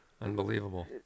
unbelievable